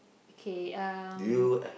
okay um